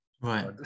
Right